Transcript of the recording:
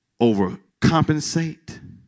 overcompensate